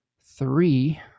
three